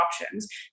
options